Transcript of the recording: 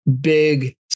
big